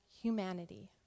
humanity